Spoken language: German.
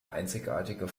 einzigartige